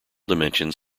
dimensions